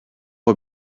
aux